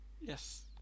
Yes